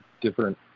different